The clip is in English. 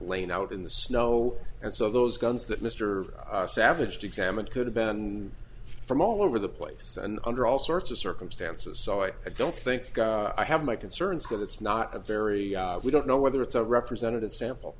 lain out in the snow and so those guns that mr savage examined could have been from all over the place and under all sorts of circumstances so i don't think i have my concerns that it's not a very we don't know whether it's a representative sample